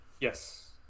Yes